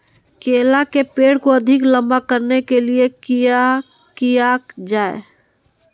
केला के पेड़ को अधिक लंबा करने के लिए किया किया जाए?